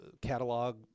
catalog